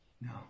No